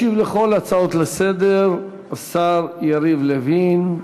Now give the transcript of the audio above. ישיב על כל הצעות לסדר השר יריב לוין.